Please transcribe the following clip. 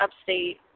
Upstate